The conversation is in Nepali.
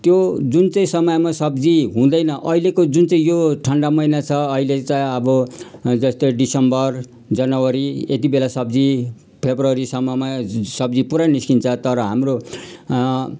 त्यो जुन चाहिँ समयमा सब्जी हुँदैन अहिलेको जुन चाहिँ यो ठन्डा महिना छ अहिले चाहिँ अब जस्तो डिसेम्बर जनवरी यति बेला सब्जी फेब्रुअरीसम्ममा सब्जी पुरा निस्कन्छ तर हाम्रो